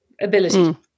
ability